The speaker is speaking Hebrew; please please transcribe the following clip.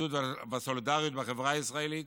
הלכידות והסולידריות בחברה הישראלית.